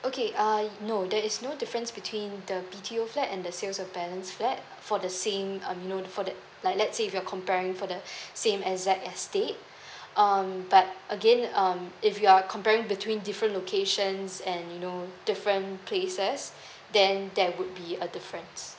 okay uh no there is no difference between the B_T_O flats and the sales of balance flats for the same um you know for that let let's say if you're comparing for the same exact estate um but again um if you're comparing between different locations and you know different places then that would be a difference